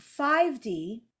5D